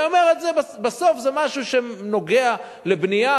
אלא הוא אומר: בסוף זה משהו שנוגע לבנייה,